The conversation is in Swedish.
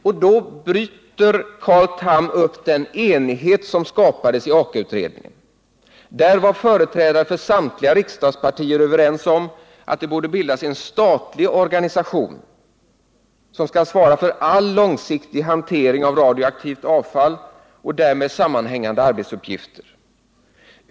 Därmed bryter Carl Tham upp den enighet som skapades i Aka-utredningen. Där var företrädare för samtliga riksdagspartier överens om att det borde bildas en statlig organisation, som skulle svara för all långsiktig hantering av radioaktivt avfall och därmed sammanhängande arbetsuppgifter.